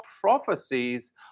prophecies